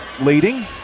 leading